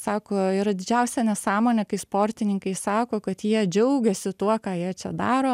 sako yra didžiausia nesąmonė kai sportininkai sako kad jie džiaugiasi tuo ką jie čia daro